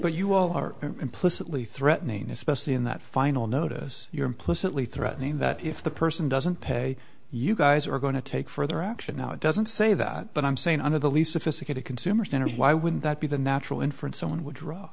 but you all are implicitly threatening especially in that final notice implicitly threatening that if the person doesn't pay you guys are going to take further action no it doesn't say that but i'm saying under the least sophisticated consumer standard why wouldn't that be the natural inference someone would draw